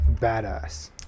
badass